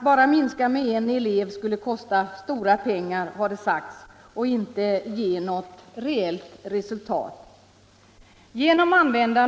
Bara att minska med en enda elev skulle — har det sagts — kosta stora pengar och skulle inte ge något reellt resultat. Genom att använda